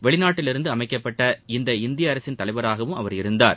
வெளிநாட்டிலிருந்து அமைக்கப்பட்ட இந்த இந்திய அரசின் தலைவராகவும் அவர் இருந்தார்